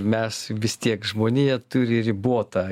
mes vis tiek žmonija turi ribotą